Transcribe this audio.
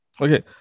Okay